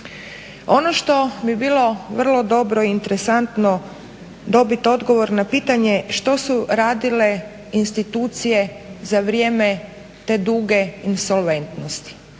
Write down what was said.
Ono što bi bilo vrlo dobro i interesantno dobit odgovor na pitanje što su radile institucije za vrijeme te duge insolventnosti.